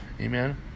Amen